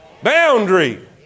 Boundary